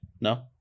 No